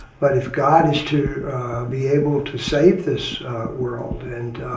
but if god is to be able to save this world and